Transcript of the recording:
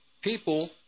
people